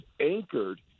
anchored